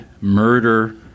murder